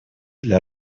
для